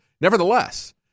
Nevertheless